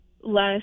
less